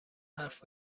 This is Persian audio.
حرف